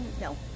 No